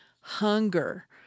hunger